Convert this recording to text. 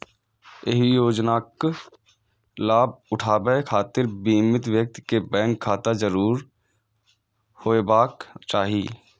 एहि योजनाक लाभ उठाबै खातिर बीमित व्यक्ति कें बैंक खाता जरूर होयबाक चाही